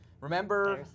Remember